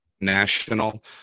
national